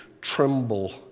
tremble